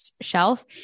shelf